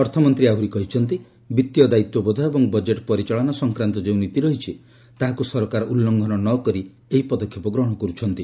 ଅର୍ଥମନ୍ତ୍ରୀ ଆହୁରି କହିଛନ୍ତି ବିତ୍ତୀୟ ଦାୟିତ୍ୱବୋଧ ଏବଂ ବଜେଟ୍ ପରିଚାଳନା ସଂକ୍ରାନ୍ତ ଯେଉଁ ନୀତି ରହିଛି ତାହାକୁ ସରକାର ଉଲ୍ଲ୍ଂଘନ ନ କରି ଏହି ପଦକ୍ଷେପ ଗ୍ରହଣ କରୁଛନ୍ତି